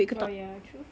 oh ya true